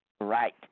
Right